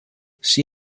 she